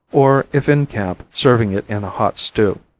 or, if in camp, serving it in a hot stew.